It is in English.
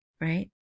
right